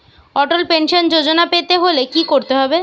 অটল pension Yojana পেতে হলে কি করতে হবে?